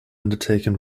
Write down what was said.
undertaken